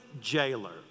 jailer